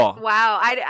Wow